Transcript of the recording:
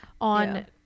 on